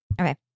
Okay